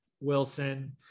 Wilson